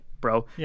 bro